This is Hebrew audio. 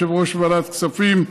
יושב-ראש ועדת הכספים,